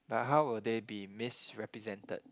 but how will they be misrepresented